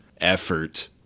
effort